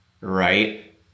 right